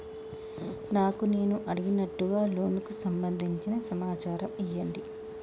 నాకు నేను అడిగినట్టుగా లోనుకు సంబందించిన సమాచారం ఇయ్యండి?